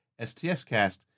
stscast